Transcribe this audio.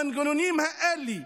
המנגנונים האלה,